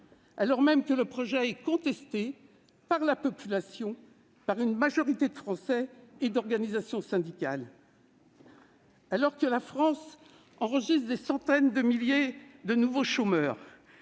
alors même que ce projet est contesté par une majorité de Français et d'organisations syndicales. Alors que la France enregistre des centaines de milliers de nouveaux chômeurs